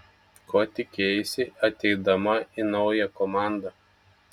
ko tikėjaisi ateidama į naują komandą